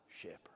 shepherd